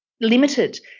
limited